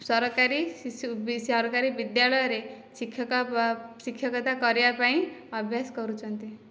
ସରକାରୀ ଶିଶୁ ବି ସରକାରୀ ବିଦ୍ୟାଳୟରେ ଶିକ୍ଷକ ଶିକ୍ଷକତା କରିବା ପାଇଁ ଅଭ୍ୟାସ କରୁଛନ୍ତି